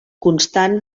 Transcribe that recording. constant